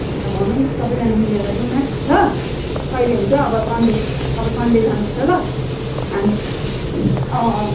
अन्त भनौ न सबैजना मिलेर जाउँ न ल कहिले हुन्छ अब सन्डे अब सन्डे जानुपर्छ ल हामी अँ अँ